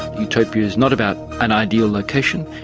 utopia is not about an ideal location,